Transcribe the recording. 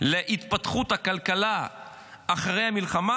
להתפתחות הכלכלה אחרי המלחמה,